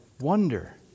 wonder